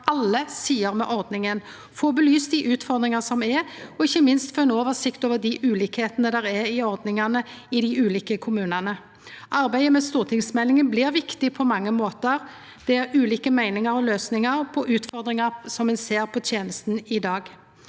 alle sider med ordninga, få belyst dei utfordringane som er, og ikkje minst å få ein oversikt over skilnadene som er i ordningane i dei ulike kommunane. Arbeidet med stortingsmeldinga blir viktig på mange måtar, for det er ulike meiningar om og løysingar på utfordringane som ein ser i tenestene i dag.